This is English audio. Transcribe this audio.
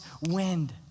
wind